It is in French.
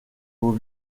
aux